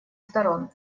сторон